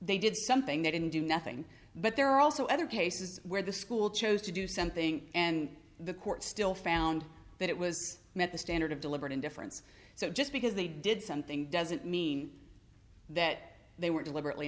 they did something they didn't do nothing but there are also other cases where the school chose to do something and the court still found that it was met the standard of deliberate indifference so just because they did something doesn't mean that they were deliberately